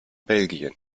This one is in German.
belgien